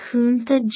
Kunta